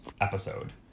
episode